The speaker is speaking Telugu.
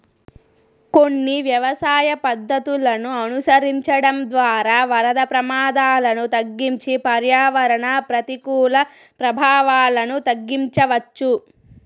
కొన్ని వ్యవసాయ పద్ధతులను అనుసరించడం ద్వారా వరద ప్రమాదాలను తగ్గించి పర్యావరణ ప్రతికూల ప్రభావాలను తగ్గించవచ్చు